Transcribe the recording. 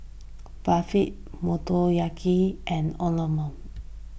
Barfi Motoyaki and